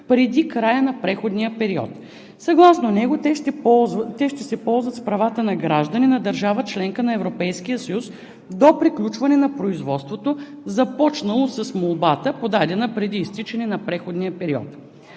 преди края на преходния период. Съгласно него те ще се ползват с правата на граждани на държава – членка на Европейския съюз, до приключване на производството, започнало с молбата, подадена преди изтичане на преходния период.